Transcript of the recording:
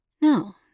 No